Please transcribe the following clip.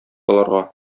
аларга